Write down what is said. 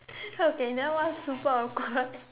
okay that was super awkward